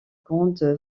grande